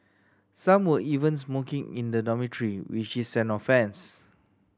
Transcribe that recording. some were even smoking in the dormitory which is an offence